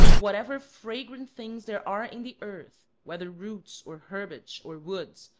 whatever fragrant things there are in the earth, whether roots, or herbage, or woods,